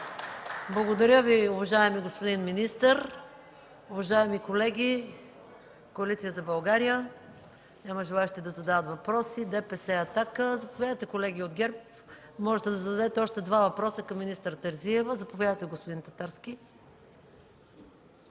Благодаря Ви, уважаеми господин министър. Уважаеми колеги от Коалиция за България, има ли желаещи да зададат въпроси? Няма. От ДПС и „Атака”? Не. Заповядайте, колеги от ГЕРБ, можете да зададете още два въпроса към министър Терзиева. Заповядайте, господин Татарски.